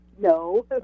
No